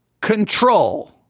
control